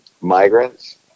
migrants